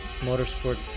motorsport